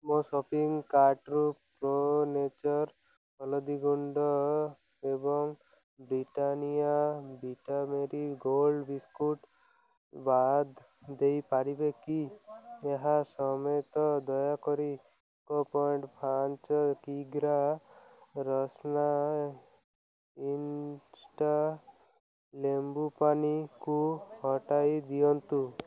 ମୋ ସପିଂ କାର୍ଟ୍ରୁ pro nature ହଳଦୀ ଗୁଣ୍ଡ ଏବଂ Britannia Vita Marie Gold biscuit ବାଦ୍ ଦେଇପାରିବେ କି ଏହା ସମେତ ଦୟାକରି ଏକ ପଏଣ୍ଟ୍ ପାଞ୍ଚ କିଗ୍ରା ରସ୍ନା ଇନ୍ଷ୍ଟା ଲେମ୍ବୁପାଣିକୁ ହଟାଇ ଦିଅନ୍ତୁ